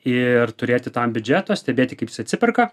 ir turėti tam biudžeto stebėti kaip jis atsiperka